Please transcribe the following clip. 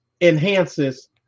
enhances